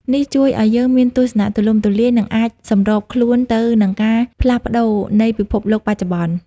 នេះជួយឱ្យយើងមានទស្សនៈទូលំទូលាយ និងអាចសម្របខ្លួនទៅនឹងការផ្លាស់ប្តូរនៃពិភពលោកបច្ចុប្បន្ន។